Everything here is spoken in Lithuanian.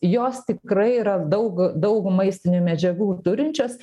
jos tikrai yra daug daug maistinių medžiagų turinčios